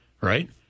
right